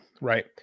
right